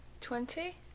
Twenty